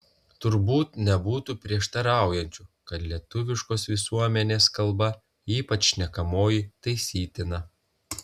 turbūt nebūtų prieštaraujančių kad lietuviškos visuomenės kalba ypač šnekamoji taisytina